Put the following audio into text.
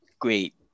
great